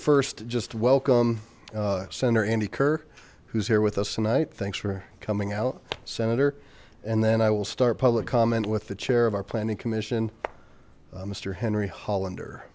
first just welcome center in the kirk who's here with us tonight thanks for coming out senator and then i will start public comment with the chair of our planning commission mr henry hollander